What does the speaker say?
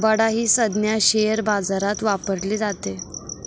बडा ही संज्ञा शेअर बाजारात वापरली जाते